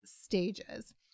stages